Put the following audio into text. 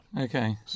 Okay